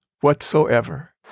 whatsoever